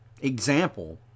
example